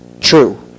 true